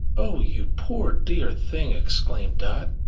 oh! you poor dear thing! exclaimed dot,